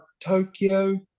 Tokyo